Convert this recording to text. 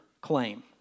claim